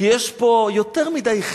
נותן לו טיפ.